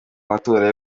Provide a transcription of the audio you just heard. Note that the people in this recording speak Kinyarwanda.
amatora